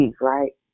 right